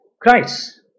Christ